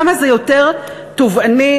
כמה זה יותר תובעני,